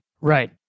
Right